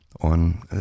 on